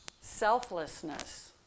Selflessness